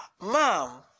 mom